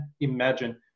imagine